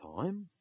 time